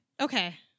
okay